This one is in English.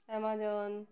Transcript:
amazon